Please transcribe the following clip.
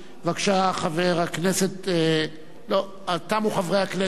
בבקשה, חבר הכנסת, לא, תמו חברי הכנסת.